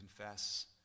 confess